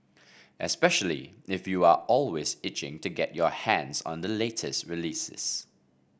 especially if you're always itching to get your hands on the latest releases